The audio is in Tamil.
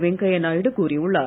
வெங்கய்ய நாயுடு கூறியுள்ளார்